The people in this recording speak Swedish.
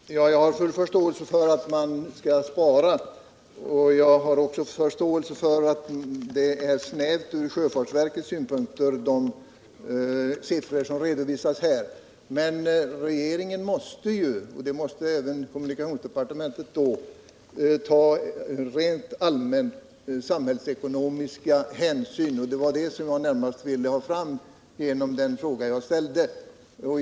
Herr talman! Jag har full förståelse för att man måste spara. Jag har också förståelse för att de siffror som redovisas här är framtagna snävt från sjöfartsverkets synpunkter. Men regeringen måste — alltså även kommunikationsdepartementet — ta allmänna samhällsekonomiska hänsyn, Det var detta jag närmast ville få fram genom den fråga jag ställde.